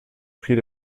prix